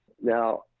now